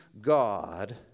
God